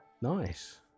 nice